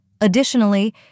Additionally